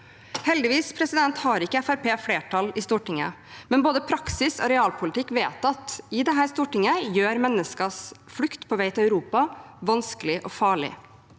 Heldigvis har ikke Fremskrittspartiet flertall i Stortinget, men både praksis og realpolitikk som er vedtatt i dette storting, gjør menneskers flukt på vei til Europa vanskelig og farlig.